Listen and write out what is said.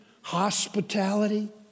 hospitality